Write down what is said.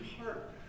heart